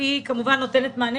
על כמות גדולה מאוד,